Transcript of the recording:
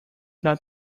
not